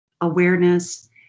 awareness